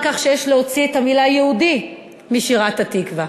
כך שיש להוציא את המילה "יהודי" משירת "התקווה".